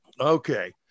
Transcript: Okay